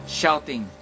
shouting